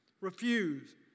refuse